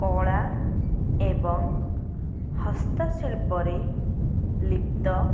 କଳା ଏବଂ ହସ୍ତଶିଳ୍ପରେ ଲିପ୍ତ